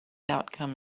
outcome